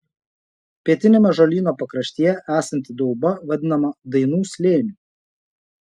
pietiniame ąžuolyno pakraštyje esanti dauba vadinama dainų slėniu